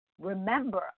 remember